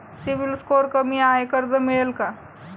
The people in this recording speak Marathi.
सिबिल स्कोअर कमी आहे कर्ज मिळेल का?